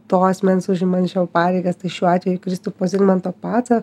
to asmens užimančio pareigas tai šiuo atveju kristupo zigmanto paco